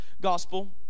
Gospel